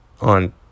on